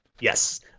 Yes